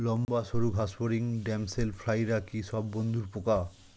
লম্বা সুড় ঘাসফড়িং ড্যামসেল ফ্লাইরা কি সব বন্ধুর পোকা?